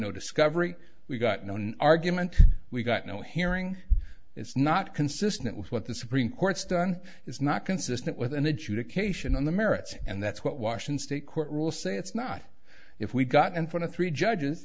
no discovery we got no no argument we got no hearing it's not consistent with what the supreme court's done is not consistent with an adjudication on the merits and that's what washington state court rules say it's not if we got in front of three judges